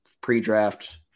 pre-draft